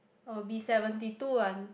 I'll be seventy two one